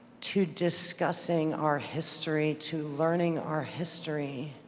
to discussing our history, to learning our history